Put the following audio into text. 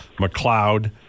McLeod